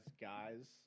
guys